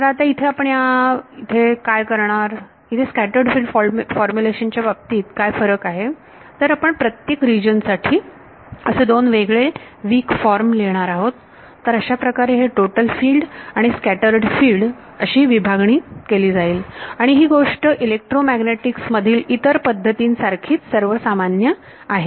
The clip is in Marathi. तर आता इथे आपण काय करणार इथे स्कॅटर्ड फिल्ड फॉर्मुलेशन च्या बाबतीत काय फरक आहे तर आपण प्रत्येक रिजन साठी असे दोन वेगळे विक फॉर्म लिहिणार आहोत तर अशाप्रकारे हे टोटल फिल्ड आणि स्कॅटर्ड फिल्ड अशी विभागणी केली जाईल आणि ही गोष्ट इलेक्ट्रोमॅग्नेटिक्स मधील इतर पद्धती सारखीच सर्वसामान्य आहे